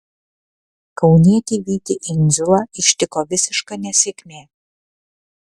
kaunietį vytį indziulą ištiko visiška nesėkmė